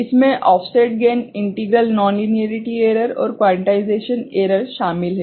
इसमें offset gain integral nonlinearity error और quantization error शामिल हैं